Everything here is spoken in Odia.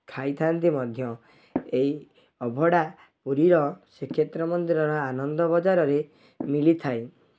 ଖାଇଥାନ୍ତି ମଧ୍ୟ ଏହି ଅଭଡ଼ା ପୁରୀର ଶ୍ରୀକ୍ଷେତ୍ର ମନ୍ଦିରର ଆନନ୍ଦ ବଜାରରେ ମିଳିଥାଏ